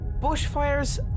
Bushfires